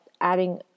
adding